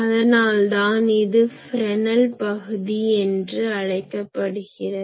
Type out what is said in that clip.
அதனால் தான் இது ஃப்ரெஸ்னல் பகுதி என்று அழைக்கப்படுகிறது